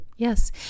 Yes